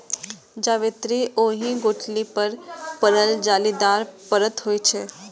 जावित्री ओहि गुठली पर पड़ल जालीदार परत होइ छै